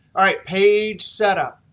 all right. page setup.